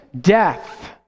death